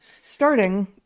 starting